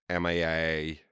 MIA